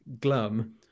glum